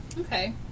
Okay